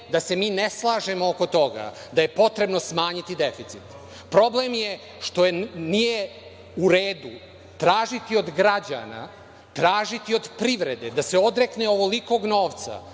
da se mi ne slažemo oko toga da je potrebno smanjiti deficit. Problem je što nije u redu tražiti od građana, tražiti od privrede da se odrekne ovolikog novca,